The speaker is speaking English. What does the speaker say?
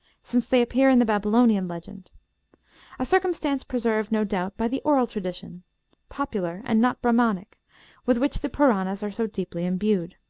since they appear in the babylonian legend a circumstance preserved, no doubt, by the oral tradition popular, and not brahmanic with which the puranas are so deeply imbued.